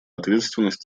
ответственность